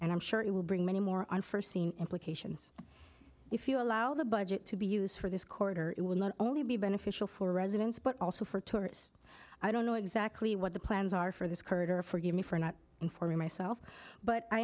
and i'm sure it will bring many more on first scene implications if you allow the budget to be used for this quarter it will not only be beneficial for residents but also for tourists i don't know exactly what the plans are for this courier forgive me for not informing myself but i